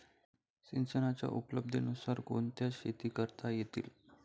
सिंचनाच्या उपलब्धतेनुसार कोणत्या शेती करता येतील?